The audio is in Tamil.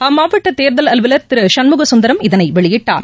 அம்மாவட்டதேர்தல் அலுவலர் திருசண்முகசுந்தரம் இதனைவெளியிட்டார்